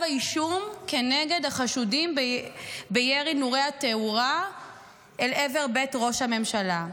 האישום כנגד החשודים בירי נורי התאורה אל עבר בית ראש הממשלה.